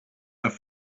have